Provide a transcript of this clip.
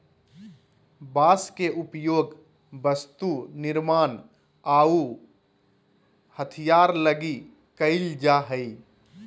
बांस के उपयोग वस्तु निर्मान आऊ हथियार लगी कईल जा हइ